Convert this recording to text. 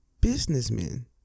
businessmen